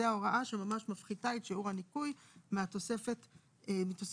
זו ההוראה שממש מפחיתה את שיעור הניכוי מתוספת המדדים.